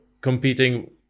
competing